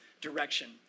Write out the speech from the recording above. direction